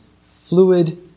fluid